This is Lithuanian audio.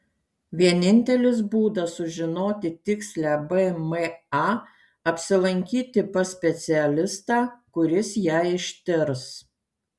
vienintelis būdas sužinoti tikslią bma apsilankyti pas specialistą kuris ją ištirs